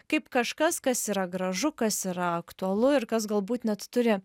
kaip kažkas kas yra gražu kas yra aktualu ir kas galbūt net turi